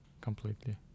completely